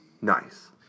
Nice